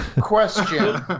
Question